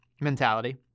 mentality